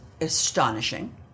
astonishing